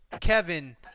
Kevin